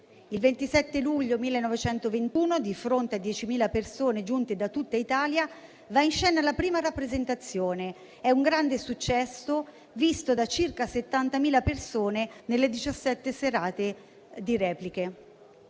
Il 27 luglio 1921, di fronte a 10.000 persone giunte da tutta Italia, va in scena la prima rappresentazione: è un grande successo, visto da circa 70.000 persone nelle 17 serate di repliche.